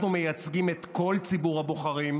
אנחנו מייצגים את כל ציבור הבוחרים.